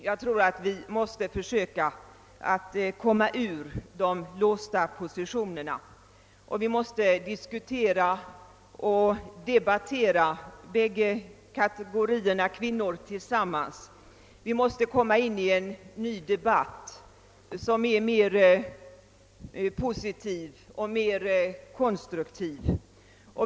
Jag tror alt vi måste försöka komma ur de låsta positionerna. De båda kategorierna måste diskutera och debattera tillsammans. Vi måste få en ny debatt som är mer positiv och mer konstruktiv.